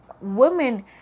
women